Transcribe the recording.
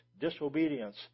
disobedience